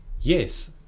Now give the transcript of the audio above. Yes